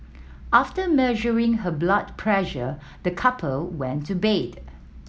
after measuring her blood pressure the couple went to bed